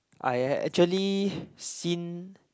I had actually seen